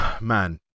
Man